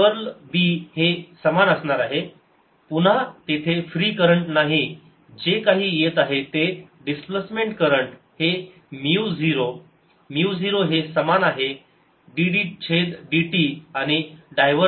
curl b हे समान असणार आहे पुन्हा तेथे फ्री करंट नाही जे काही येत आहे ते डिस्प्लेसमेंट करंट हे म्यू 0 म्यू 0 हे समान आहे dD छेद dt आणि डायव्हरजन्स ऑफ b हे शून्याच्या